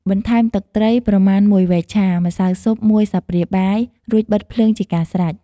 បន្ថែមទឹកត្រីប្រមាណ មួយវែកឆា ម្សៅស៊ុប មួយស្លាបព្រាបាយ រួចបិទភ្លើងជាការស្រេច។